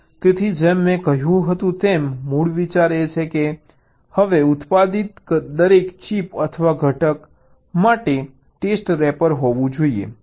તેથી જેમ મેં કહ્યું હતું તેમ મૂળ વિચાર એ છે કે હવે ઉત્પાદિત દરેક ચિપ અથવા ઘટક માટે ટેસ્ટ રેપર હોવું જોઈએ